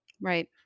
Right